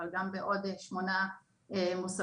אבל גם בעוד שמונה מוסדות,